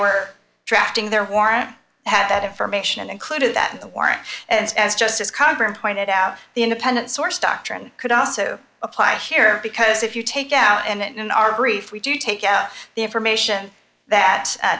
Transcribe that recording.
were drafting their warrant had that information included that a warrant and as just as congress pointed out the independent source doctrine could also apply here because if you take out and in our brief we do take out the information that